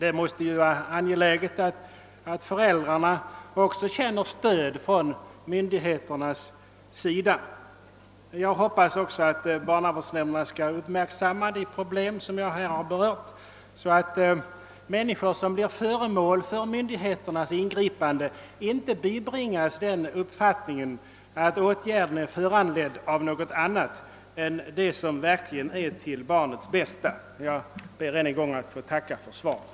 Det måste vara angeläget att också föräldrarna känner ett stöd från myndigheternas sida. Jag hoppas också att barnavårdsnämnderna skall uppmärksamma de problem jag här har berört, så att människor som blir föremål för myndigheternas ingripande inte bibringas den uppfattningen att åtgärden är föranledd av något annat än det som verkligen är till barnets bästa. Jag ber ännu en gång att få tacka för svaret.